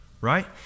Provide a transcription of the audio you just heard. Right